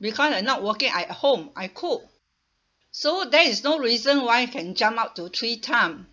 because I'm not working I at home I cook so there is no reason why can jump up to three time